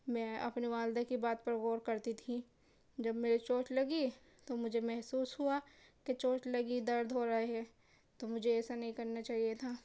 میں اپنے والدہ کی بات پر غور کرتی تھی جب میرے چوٹ لگی تو مجھے محسوس ہوا کہ چوٹ لگی درد ہو رہا ہے تو مجھے ایسا نہیں کرنا چاہیے تھا